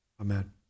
Amen